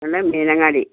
സ്ഥലം മീനങ്ങാടി